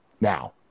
now